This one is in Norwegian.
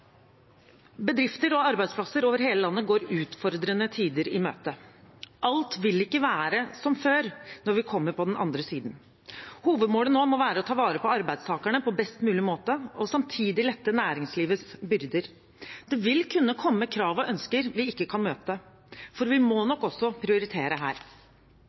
Bedrifter og arbeidsplasser over hele landet går utfordrende tider i møte. Alt vil ikke være som før når vi kommer på den andre siden. Hovedmålet må være å ta vare på arbeidstakerne på best mulig måte og samtidig lette næringslivets byrder. Det vil kunne komme krav og ønsker vi ikke kan møte, for vi må nok også prioritere her.